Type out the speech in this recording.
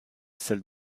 celle